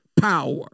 power